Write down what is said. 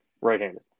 Right-handed